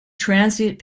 transient